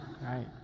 Right